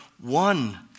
one